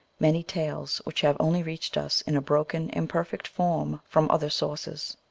many tales which have only reached us in a broken, imperfect form, from other sources.